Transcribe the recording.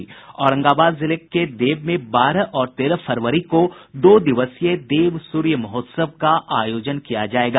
औरंगाबाद जिले के देव में बारह और तेरह फरवरी को दो दिवसीय देव सूर्य महोत्सव का आयोजन किया जाएगा